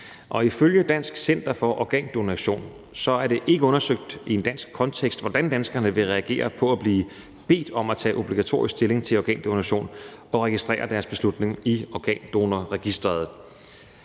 og ifølge Dansk Center for Organdonation er det ikke undersøgt i en dansk kontekst, hvordan danskerne vil reagere på at blive bedt at tage obligatorisk stilling til organdonation og registrere deres beslutning i Organdonorregistret.